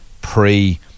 pre